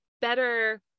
better